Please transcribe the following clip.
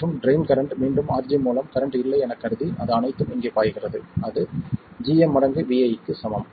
மற்றும் drain current மீண்டும் RG மூலம் கரண்ட் இல்லை எனக் கருதி அது அனைத்தும் இங்கே பாய்கிறது அது gm மடங்கு vi க்கு சமம்